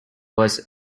was